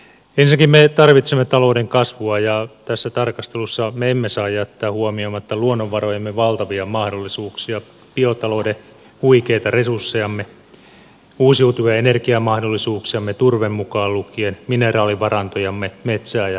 ensinnäkin me tarvitsemme talouden kasvua ja tässä tarkastelussa me emme saa jättää huomioimatta luonnonvarojemme valtavia mahdollisuuksia biotalouden huikeita resurssejamme uusiutuvan energian mahdollisuuksiamme turve mukaan lukien mineraalivarantojamme metsää ja maatalouttamme